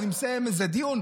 אני מסיים איזה דיון,